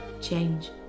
change